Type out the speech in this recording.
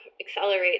accelerate